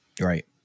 Right